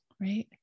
Right